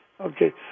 Okay